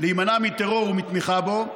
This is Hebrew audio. להימנע מטרור ומתמיכה בו,